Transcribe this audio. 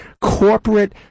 corporate